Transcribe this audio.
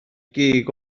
gig